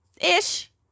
Ish